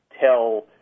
tell